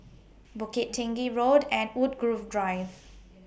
Bukit Tinggi Road and Woodgrove Drive